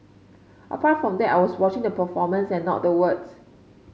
apart from that I was watching the performance and not the words